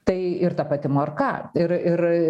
tai ir ta pati morka ir ir